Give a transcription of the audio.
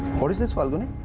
what is this, falguni?